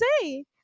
say